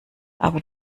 aber